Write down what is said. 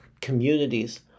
communities